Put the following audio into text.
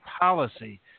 policy